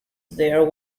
there